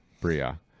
Bria